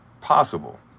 possible